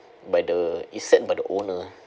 by the it's set by the owner